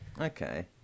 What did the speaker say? Okay